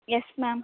yes ma'am